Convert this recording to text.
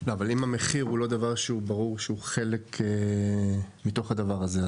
אבל אם המחיר הוא לא דבר שברור שהוא חלק מתוך הדבר הזה,